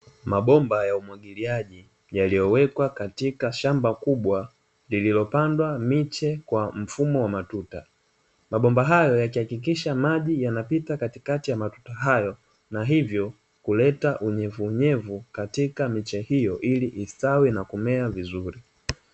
Mabomba ya umwagiliaji yaliyowekwa katika shamba kubwa lililopandwa miche kwa mfumo wa matuta, mabomba hayo yakihakikisha maji yanapita katikati ya matuta hayo na hivyo kuleta unyevuunyevu katika miche hiyo ili istawi na kumea vizuri.